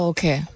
Okay